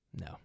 No